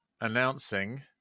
announcing